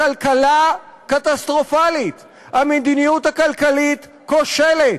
הכלכלה קטסטרופלית, המדיניות הכלכלית כושלת.